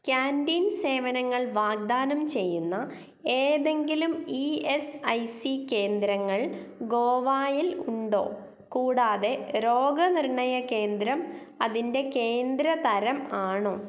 canteen സേവനങ്ങൾ വാഗ്ദാനം ചെയ്യുന്ന ഏതെങ്കിലും ഈ എസ് ഐ സി കേന്ദ്രങ്ങൾ ഗോവായിൽ ഉണ്ടോ കൂടാതെ രോഗനിർണയകേന്ദ്രം അതിൻ്റെ കേന്ദ്രതരം ആണോ